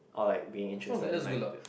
or like being interested in like